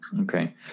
Okay